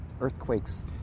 earthquakes